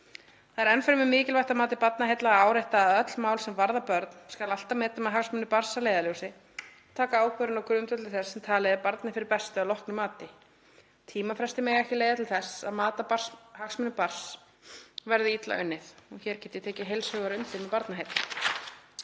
Það er enn fremur mikilvægt að mati Barnaheilla að árétta að öll mál sem varða börn skal alltaf meta með hagsmuni barns að leiðarljósi og taka ákvörðun á grundvelli þess sem talið er barni fyrir bestu að loknu mati. Tímafrestir mega ekki leiða til þess að mat á hagsmunum barns verði illa unnið.“ Hér get ég tekið heils hugar undir með Barnaheillum,